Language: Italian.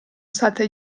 state